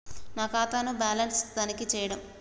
నా ఖాతా ను బ్యాలన్స్ తనిఖీ చేయండి?